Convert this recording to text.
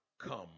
Come